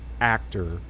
actor